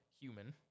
Human